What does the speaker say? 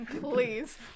Please